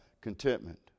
contentment